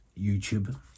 YouTube